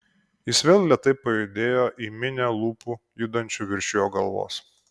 jis vėl lėtai pajudėjo į minią lūpų judančių virš jo galvos